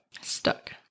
stuck